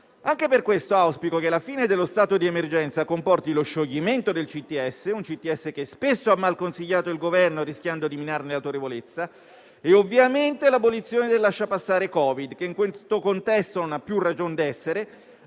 Anche per questo io auspico che la fine dello stato di emergenza comporti lo scioglimento del CTS, un CTS che spesso ha mal consigliato il Governo, rischiando di minarne l'autorevolezza, e ovviamente l'abolizione del lasciapassare Covid-19, che in questo contesto non ha più ragion d'essere,